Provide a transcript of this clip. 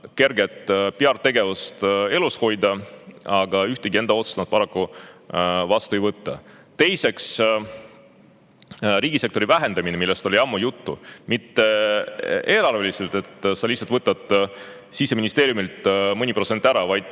PR-tegevust elus hoida, aga ühtegi enda otsust nad paraku [ellu ei vii]. Teiseks, riigisektori vähendamine, millest on ammu juttu. Mitte eelarveliselt, et sa lihtsalt võtad Siseministeeriumilt mõne protsendi ära, vaid